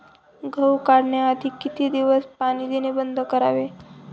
गहू काढण्याआधी किती दिवस पाणी देणे बंद करावे?